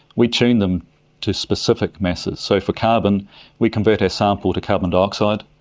we tune them to specific masses. so for carbon we convert our sample to carbon dioxide,